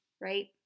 right